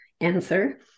answer